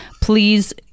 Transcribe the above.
please